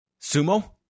sumo